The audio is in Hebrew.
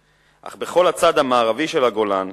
אך בכל הצד המערבי של הגולן,